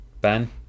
Ben